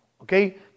okay